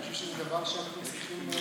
אני חושב שזה דבר שאנחנו צריכים,